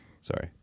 Sorry